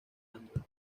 android